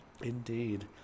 Indeed